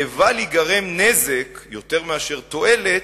לבל ייגרם נזק יותר מאשר תועלת,